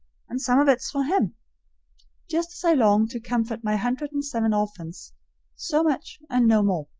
and some of it's for him just as i long to comfort my hundred and seven orphans so much and no more.